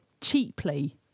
cheaply